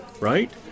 right